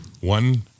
one